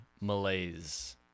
malaise